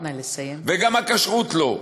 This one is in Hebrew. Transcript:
וגם הכשרות לא.